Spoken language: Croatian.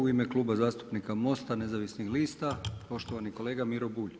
U ime Kluba zastupnika Mosta nezavisnih lista poštovani kolega Miro Bulj.